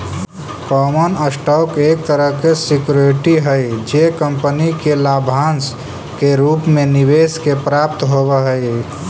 common stock एक तरह के सिक्योरिटी हई जे कंपनी के लाभांश के रूप में निवेशक के प्राप्त होवऽ हइ